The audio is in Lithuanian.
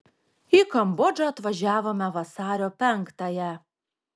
į kambodžą atvažiavome vasario penktąją